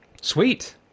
Sweet